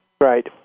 Right